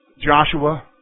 Joshua